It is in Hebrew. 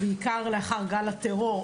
בעיקר לאחר גל הטרור,